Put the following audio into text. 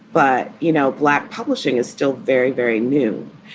but, you know, black publishing is still very, very new.